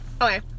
Okay